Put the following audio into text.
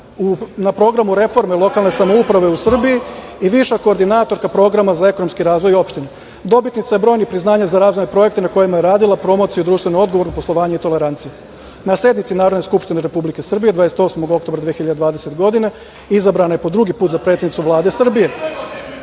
na Programu reforme lokalne samouprave u Srbiji i viša koordinatorka Programa za ekonomski razvoj opštine. Dobitnica je brojnih priznanja za razvojne projekte na kojima je radila promociju društvenog odgovora i poslovanju i tolerancije. Na sednici Narodne skupštine Republike Srbije 28. oktobra 2020. godine izabrana je po drugi put za predsednicu Vlade Srbije.